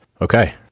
okay